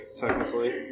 technically